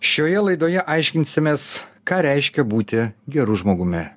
šioje laidoje aiškinsimės ką reiškia būti geru žmogumi